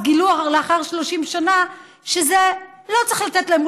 אז גילו לאחר 30 שנה שלא צריך לתת להם את זה,